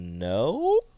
No